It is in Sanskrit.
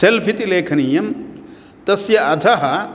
सेल्फ़् इति लेखनीयं तस्य अधः